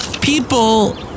People